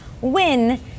win